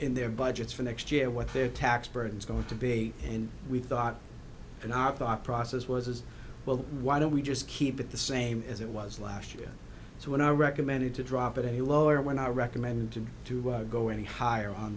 in their budgets for next year with their tax burden is going to be and we thought in our thought process was as well why don't we just keep it the same as it was last year so when i recommended to drop it he lower when i recommended to go any higher on